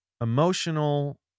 emotional